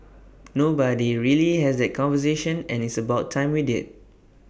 but nobody really has that conversation and it's about time we did